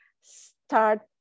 Start